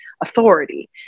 authority